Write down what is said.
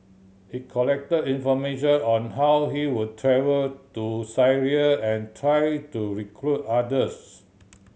he collected information on how he would travel to Syria and tried to recruit others